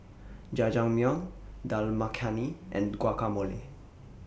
Jajangmyeon Dal Makhani and Guacamole